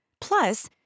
Plus